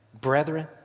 brethren